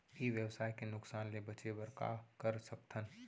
ई व्यवसाय के नुक़सान ले बचे बर का कर सकथन?